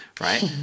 right